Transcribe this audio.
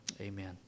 Amen